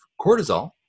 cortisol